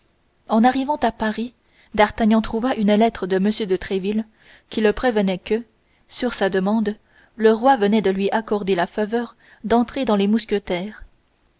en arrivant à paris d'artagnan trouva une lettre de m de tréville qui le prévenait que sur sa demande le roi venait de lui accorder la faveur d'entrer dans les mousquetaires